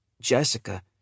Jessica